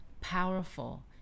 powerful